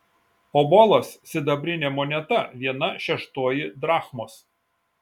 obolas sidabrinė moneta viena šeštoji drachmos